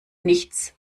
nichts